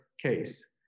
case